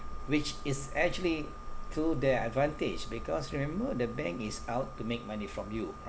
which is actually to their advantage because remember the bank is out to make money from you